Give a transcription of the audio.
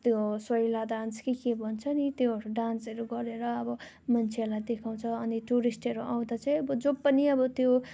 त्यो सेउला डान्स कि के भन्छ नि त्योहरू डान्सहरू गरेर अब मान्छेहरूलाई देखाउँछ अनि टुरिस्टहरू आउँदा चाहिँ जो पनि अब त्यो